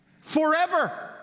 forever